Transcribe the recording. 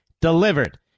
delivered